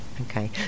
okay